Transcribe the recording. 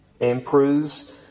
Emperors